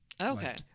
Okay